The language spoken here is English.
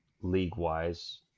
league-wise